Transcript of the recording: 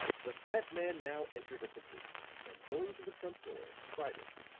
the fat man now entered at the gate and going to the front door, tried it.